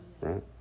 Right